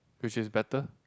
which is better